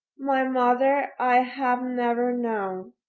my mother i have never known.